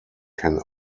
can